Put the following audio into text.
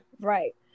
Right